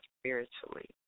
spiritually